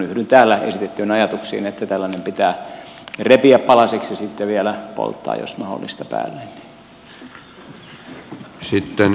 yhdyn täällä esitettyihin ajatuksiin että tällainen pitää repiä palasiksi ja sitten vielä polttaa jos mahdollista päälle